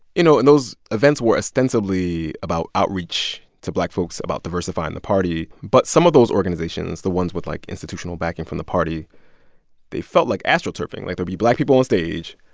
you know, and those events were ostensibly about outreach to black folks about diversifying the party. but some of those organizations the ones with, like, institutional backing from the party they felt like astroturfing. like, there'd be black people onstage,